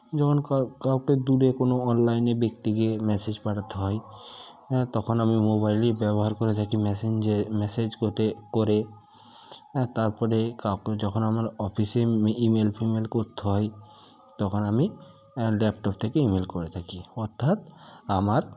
যেমন কা কাউকে দূরে কোনো অনলাইনে ব্যক্তিকে ম্যাসেজ পাঠাতে হয় হ্যাঁ তখন আমি মোবাইলেই ব্যবহার করে থাকি ম্যাসেঞ্জে ম্যাসেজ কোতে করে তারপরে কাউকে যখন আমার অফিসে ইমেল ফিমেল করতে হয় তখন আমি ল্যাপটপ থেকে ইমেল করে থাকি অর্থাৎ আমার